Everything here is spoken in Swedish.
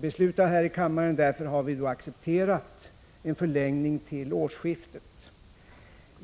beslutad här i kammaren, och därför har vi accepterat en förlängning till årsskiftet.